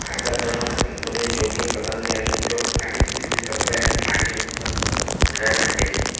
આ સાધનો અને તંત્રોને યોગ્ય પસંદગી અને ઉપયોગ સ્થાનિક સ્થિતિ સપ્લાય અને માર્જિન ઉપર આધાર રાખે છે